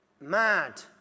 mad